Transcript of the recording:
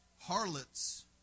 harlots